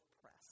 press